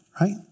right